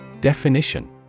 Definition